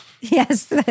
Yes